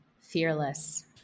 Fearless